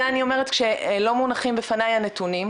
את זה אני אומרת שלא מונחים בפניי הנתונים,